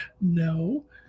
No